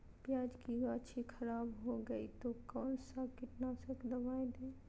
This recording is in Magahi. प्याज की गाछी खराब हो गया तो कौन सा कीटनाशक दवाएं दे?